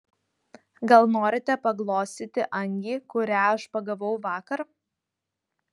gal norite paglostyti angį kurią aš pagavau vakar